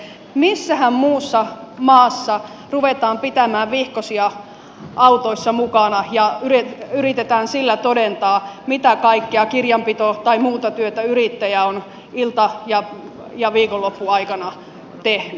missähän muussa maassa ruvetaan pitämään vihkosia autoissa mukana ja yritetään sillä todentaa mitä kaikkea kirjanpito tai muuta työtä yrittäjä on ilta ja viikonloppuaikana tehnyt